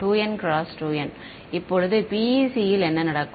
2N × 2N இப்போது PEC ல் என்ன நடக்கும்